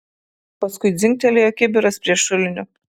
paskui dzingtelėjo kibiras prie šulinio